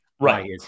Right